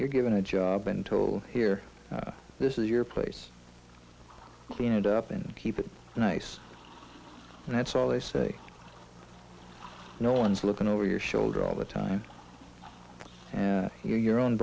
you're given a job and to hear this is your place clean it up and keep it nice and that's all they say no one's looking over your shoulder all the time and you're your own